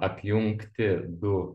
apjungti du